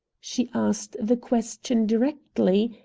she asked the question directly,